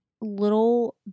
little